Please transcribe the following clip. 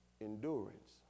endurance